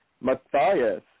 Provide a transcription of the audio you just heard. Matthias